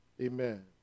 amen